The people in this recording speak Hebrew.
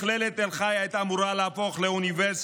מכללת תל חי הייתה אמורה להפוך לאוניברסיטה,